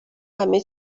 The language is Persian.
همه